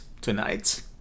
tonight